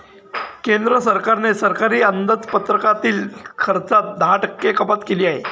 केंद्र सरकारने सरकारी अंदाजपत्रकातील खर्चात दहा टक्के कपात केली आहे